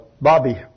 Bobby